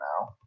now